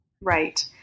Right